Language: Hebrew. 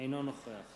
אינו נוכח